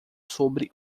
sobre